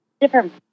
different